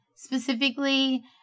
Specifically